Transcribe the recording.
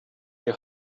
your